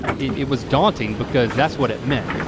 it it was daunting because that's what it meant.